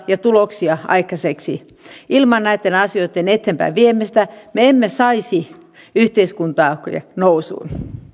ja tuloksia aikaiseksi ilman näitten asioitten eteenpäinviemistä me emme saisi yhteiskuntaa nousuun